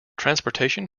transportation